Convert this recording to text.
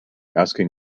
asking